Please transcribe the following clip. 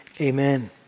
amen